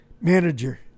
manager